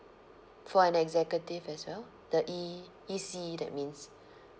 for an executive as well the E~ E_C that means